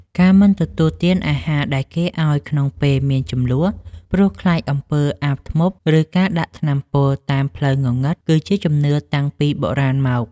ការមិនទទួលទានអាហារដែលគេឱ្យក្នុងពេលមានជម្លោះព្រោះខ្លាចអំពើអាបធ្មប់ឬការដាក់ថ្នាំពុលតាមផ្លូវងងឹតគឺជាជំនឿតាំងពីបុរាណមក។